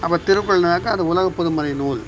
அப்போ திருக்குறள்னாக்க அது உலகப்பொதுமறை நூல்